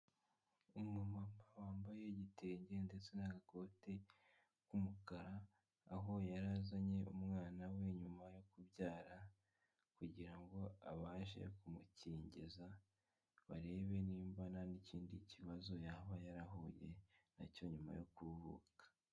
Umumama wambaye igitenge ndetse n'agakote k'umukara, aho yari azanye umwana we nyuma yo kubyara kugira ngo abashe kumukingiza, barebe niba na n'ikindi kibazo yaba yarahuye na cyo nyuma yo kuruhuka.